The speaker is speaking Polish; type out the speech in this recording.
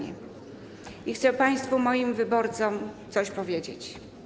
I chcę państwu, moim wyborcom, coś powiedzieć.